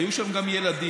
היו שם גם ילדים.